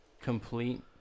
complete